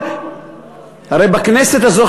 הרי בכנסת הזו,